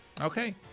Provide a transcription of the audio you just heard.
Okay